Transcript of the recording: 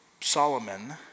Solomon